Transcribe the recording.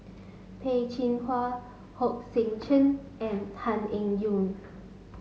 Peh Chin Hua Hong Sek Chern and Tan Eng Yoon